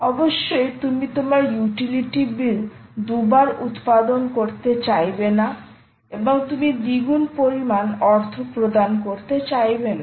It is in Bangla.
অবশ্যই তুমি তোমার ইউটিলিটি বিল দুবার উত্পাদন করতে চাইবে না এবং তুমি দ্বিগুণ পরিমাণ অর্থ প্রদান করতে চাইবে না